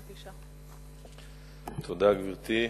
תודה, גברתי.